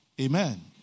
Amen